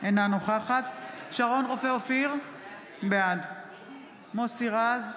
אינה נוכחת שרון רופא אופיר, בעד מוסי רז,